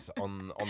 on